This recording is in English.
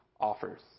offers